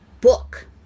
book